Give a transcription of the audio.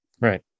Right